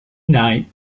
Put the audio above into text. night